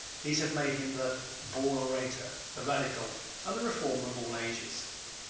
these have made him the born orator, the radical and the reformer of all ages.